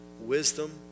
wisdom